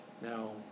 Now